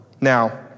Now